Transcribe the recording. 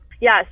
Yes